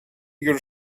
your